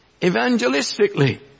evangelistically